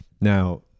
Now